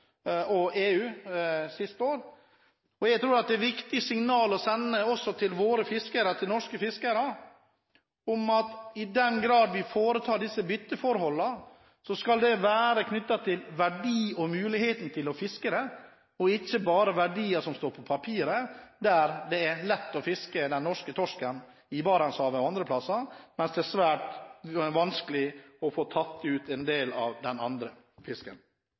EU siste år. Jeg tror det er et viktig signal å sende til norske fiskere, at i den grad vi foretar disse byttene, skal det være knyttet til verdi og muligheten til å fiske – ikke bare til verdier som står på papiret. Det er lett å fiske den norske torsken i Barentshavet og andre plasser, mens det er svært vanskelig å få tatt ut en del av den fisken